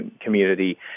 community